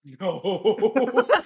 No